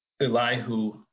Elihu